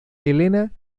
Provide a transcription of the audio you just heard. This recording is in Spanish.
elena